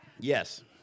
Yes